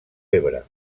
ebre